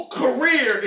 career